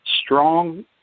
strong